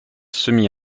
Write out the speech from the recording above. semi